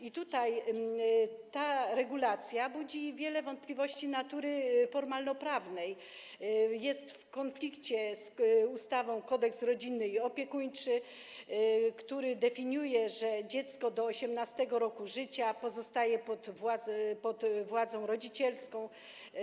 I ta regulacja budzi wiele wątpliwości natury formalnoprawnej, jest w konflikcie z ustawą Kodeks rodzinny i opiekuńczy, który definiuje, że dziecko do 18. roku życia pozostaje pod władzą rodzicielską.